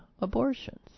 abortions